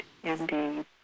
Indeed